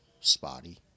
spotty